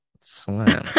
swim